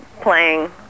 playing